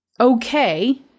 okay